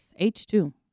h2